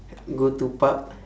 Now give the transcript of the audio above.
go to pub